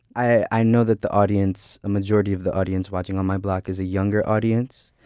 i know that the audience, a majority of the audience watching on my block, is a younger audience.